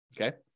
Okay